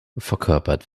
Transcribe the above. verkörpert